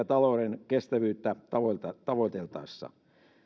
talouden kestävyyttä tavoiteltaessa